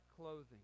clothing